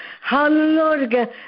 Hallelujah